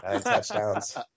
touchdowns